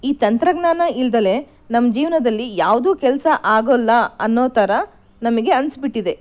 ಈ ತಂತ್ರಜ್ಞಾನ ಇಲ್ಲದಲೇ ನಮ್ಮ ಜೀವನದಲ್ಲಿ ಯಾವುದೂ ಕೆಲಸ ಆಗೋಲ್ಲ ಅನ್ನೋ ಥರ ನಮಗೆ ಅನ್ನಿಸಿಬಿಟ್ಟಿದೆ